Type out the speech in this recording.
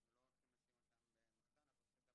אנחנו הרי לא הולכים לשים אותם במחסן אלא אנחנו נשים אותם